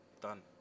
Done